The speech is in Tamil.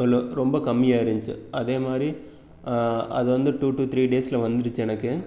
அதில் ரொம்ப கம்மியாக இருந்துச்சு அதேமாதிரி அது வந்து டூ டு த்ரீ டேஸ்சில் வந்துருச்சு எனக்கு